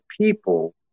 people